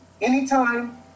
Anytime